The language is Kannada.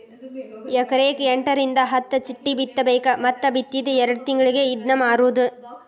ಎಕರೆಕ ಎಂಟರಿಂದ ಹತ್ತ ಚಿಟ್ಟಿ ಬಿತ್ತಬೇಕ ಮತ್ತ ಬಿತ್ತಿದ ಎರ್ಡ್ ತಿಂಗಳಿಗೆ ಇದ್ನಾ ಮಾರುದು